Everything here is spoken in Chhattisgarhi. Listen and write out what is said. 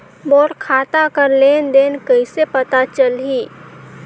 मोर खाता कर लेन देन कइसे पता चलही?